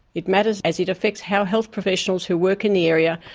it matters as it affects how health professionals who work in the area,